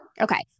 Okay